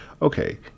Okay